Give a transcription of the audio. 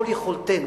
כל יכולתנו,